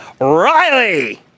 Riley